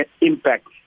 impact